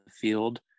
field